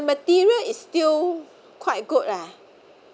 material is still quite good ah